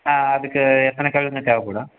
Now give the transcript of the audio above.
ஆ அதுக்கு எத்தனை கல்லுங்க தேவைப்படும்